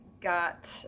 got